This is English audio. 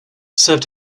served